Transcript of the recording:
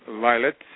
Violet